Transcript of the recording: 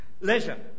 leisure